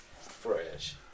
fresh